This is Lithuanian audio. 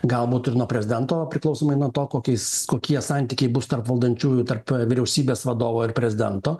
galbūt ir nuo prezidento priklausomai nuo to kokiais kokie santykiai bus tarp valdančiųjų vyriausybės vadovo ir prezidento